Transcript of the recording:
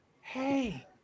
hey